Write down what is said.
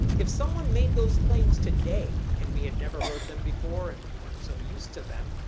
if someone made those claims today, and we had never heard them before and we weren't so used to them,